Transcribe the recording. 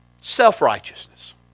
self-righteousness